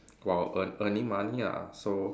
while earn earning money ah so